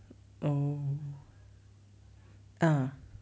oh ah